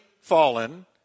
fallen